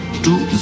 two